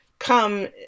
Come